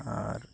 আর